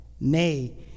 Nay